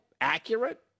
accurate